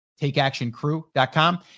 takeactioncrew.com